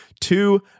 two